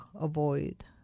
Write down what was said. avoid